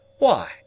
Why